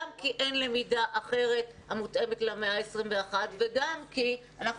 גם כי אין למידה אחרת המותאמת למאה ה-21 וגם כי אנחנו